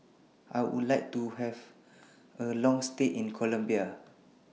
I Would like to Have A Long stay in Colombia